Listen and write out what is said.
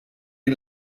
die